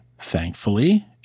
thankfully